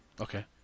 Okay